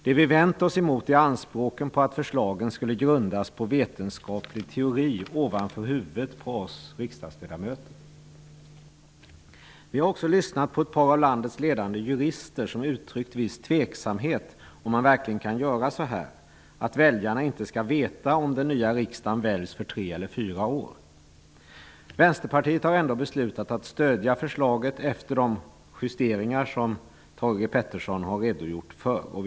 Det vi har vänt oss emot är anspråken på att förslagen skulle grundas på vetenskaplig teori ovanför huvudet på oss riksdagsledamöter. Vi har också lyssnat på ett par av landets ledande jurister som har uttryckt viss tveksamhet över om man verkligen kan göra så att väljarna inte skall veta om den nya riksdagen väljs för tre eller fyra år. Vänsterpartiet har ändå beslutat att stödja förslaget efter de justeringar som Thage G Peterson har redogjort för.